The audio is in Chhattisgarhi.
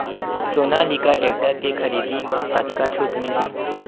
सोनालिका टेक्टर के खरीदी मा कतका छूट मीलही?